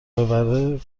ببره